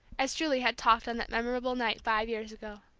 as julie had talked on that memorable night five years ago.